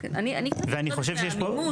אני קצת פוחדת מעמימות של אופן הקביעה.